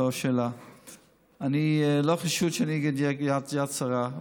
אז אני לא חשוד שאני נגד יד שרה,